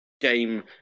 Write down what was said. game